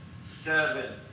seven